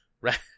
Right